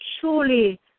Surely